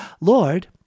Lord